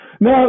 No